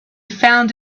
found